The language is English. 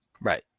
Right